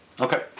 Okay